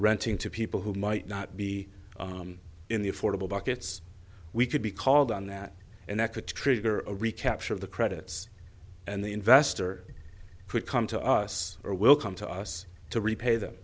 renting to people who might not be in the affordable buckets we could be called on that and that could trigger a recapture of the credits and the investor could come to us or will come to us to repay